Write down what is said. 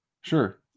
sure